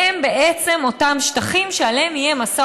והם בעצם אותם שטחים שעליהם יהיה משא